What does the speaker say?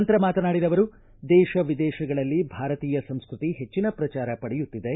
ನಂತರ ಮಾತನಾಡಿದ ಅವರು ದೇಶ ವಿದೇಶಗಳಲ್ಲಿ ಭಾರತೀಯ ಸಂಸ್ಟತಿ ಹೆಚ್ಚಿನ ಪ್ರಚಾರ ಪಡೆಯುತ್ತಿದೆ